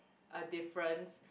a difference